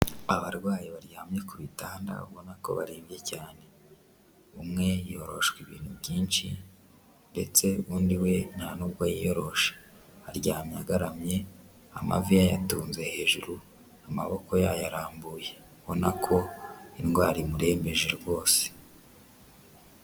Abarwayi baryamye ku bitanda ubona ko barembye cyane, umwe yoroshwe ibintu byinshi ndetse undi we nta n'ubwo yiyoroshe, aryamye agaramye amavi yayatunze hejuru, amaboko yayarambuye ubona ko indwara imurembeje rwose.